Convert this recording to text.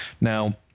Now